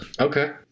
Okay